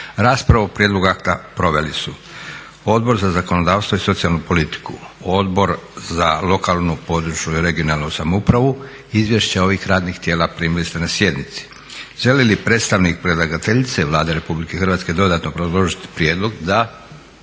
Raspravu o prijedlogu akta proveli su Odbor za zakonodavstvo i socijalnu politiku, Odbor za lokalnu, područnu (regionalnu) samoupravu. Izvješća ovih radnih tijela primili ste na sjednici. Želi li predstavnik predlagateljice Vlade RH dodatno obrazložiti prijedlog? Da.